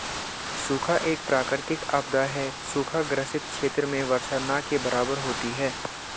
सूखा एक प्राकृतिक आपदा है सूखा ग्रसित क्षेत्र में वर्षा न के बराबर होती है